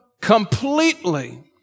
completely